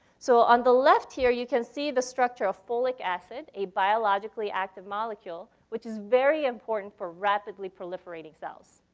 so, on the left here you can see the structure of folic acid, a biologically active molecule, which is very important for rapidly proliferating cells.